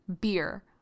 beer